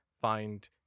find